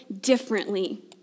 differently